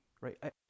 Right